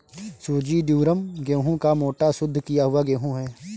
सूजी ड्यूरम गेहूं का मोटा, शुद्ध किया हुआ गेहूं है